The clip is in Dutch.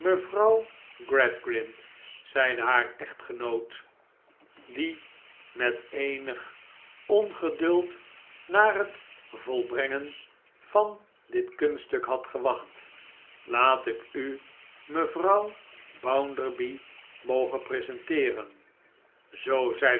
mevrouw gradgrind zeide haar echtgenoot die met eenig ongeduld naar het volbrengen van dit kunststuk had gewacht laat ik u mevrouw bounderby mogen presenteeren zoo zeide